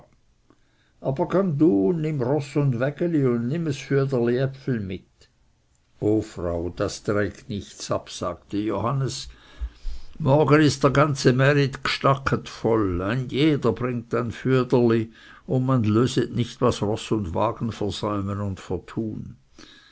nimm roß und wägeli und nimm ein füderli äpfel mit o frau das trägt nichts ab sagte johannes morgen ist der ganze märit gstacket voll ein jeder bringt ein füderli und man löset nicht was roß und wagen versäumen und vertun